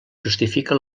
justifica